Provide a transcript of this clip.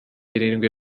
irindwi